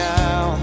now